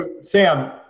Sam